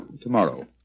tomorrow